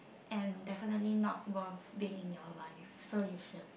and definitely not worth being in your life so you should